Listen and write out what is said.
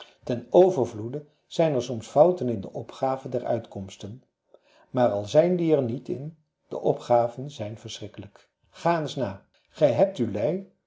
ten overvloede zijn er soms fouten in de opgave der uitkomsten maar al zijn die er niet in die opgaven zijn verschrikkelijk ga eens na gij hebt uw lei